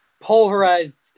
Pulverized